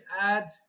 add